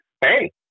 hey